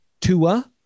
Tua